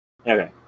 Okay